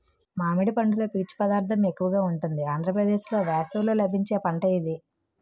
మామిడి పండులో పీచు పదార్థం ఎక్కువగా ఉంటుంది ఆంధ్రప్రదేశ్లో వేసవిలో లభించే పంట ఇది